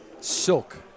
silk